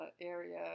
area